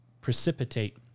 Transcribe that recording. precipitate